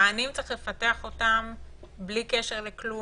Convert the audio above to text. את המענים צריך לפתח בלי קשר לכלום,